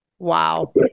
Wow